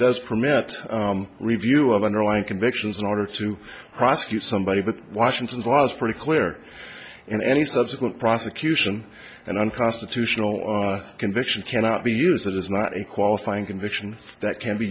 does permit review of underlying convictions in order to prosecute somebody but washington's was pretty clear in any subsequent prosecution and unconstitutional conviction cannot be used that is not a qualifying conviction that can be